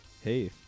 Hey